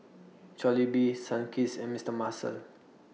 Jollibee Sunkist and Mister Muscle